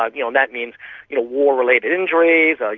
um you know and that means you know war related injuries, like